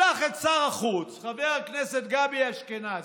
שלח את שר החוץ, חבר הכנסת גבי אשכנזי,